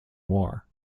war